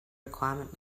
requirement